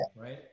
Right